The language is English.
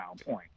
point